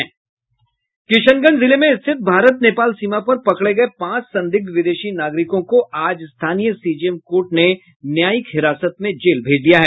किशनगंज जिले में स्थित भारत नेपाल सीमा पर पकड़े गये पांच संदिग्ध विदेशी नागरिकों को आज स्थानीय सीजेएम कोर्ट ने न्यायिक हिरासत में जेल भेज दिया है